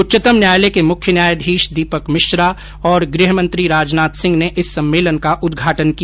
उच्चतम न्यायालय के मुख्य न्यायाधीश दीपक मिश्रा और गृहमंत्री राजनाथ सिंह ने इस सम्मेलन का उद्घाटन किया